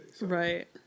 Right